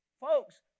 Folks